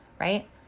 Right